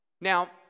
Now